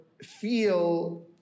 feel